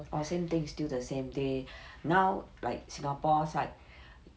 orh same thing still the same they now like singapore side